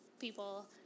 people